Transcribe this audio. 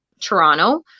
Toronto